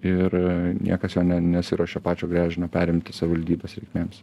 ir niekas jo ne nesiruošia pačio gręžinio perimti savivaldybės reikmėms